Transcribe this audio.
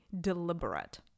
deliberate